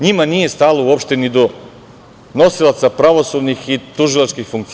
Njima nije stalo uopšte ni do nosilaca pravosudnih i tužilačkih funkcija.